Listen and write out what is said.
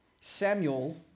Samuel